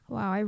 Wow